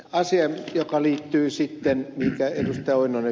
asiaan joka liittyy sitten mihinkä ed